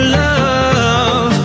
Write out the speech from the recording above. love